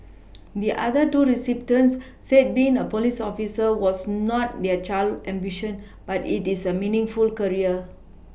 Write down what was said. the other two recipients said being a police officer was not their childhood ambition but it is a meaningful career